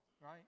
right